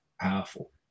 powerful